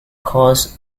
course